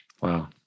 Wow